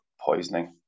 Poisoning